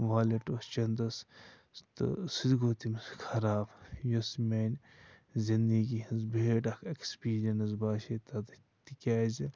wallet اوس چندَس تہٕ سُہ تہِ گوٚو تٔمِس خراب یُس میٛانہِ زندگی ہٕنز بیڈ اَکھ اٮ۪کٕپیٖرینٕس باسے تَتہ تِکیٛازِ